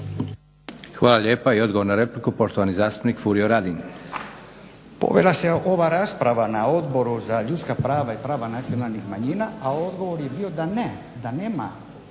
Hvala lijepa. Odgovor na repliku, Poštovani zastupnik Fulio Radin.